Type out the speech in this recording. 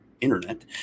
internet